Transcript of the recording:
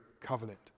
covenant